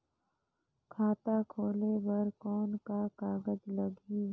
खाता खोले बर कौन का कागज लगही?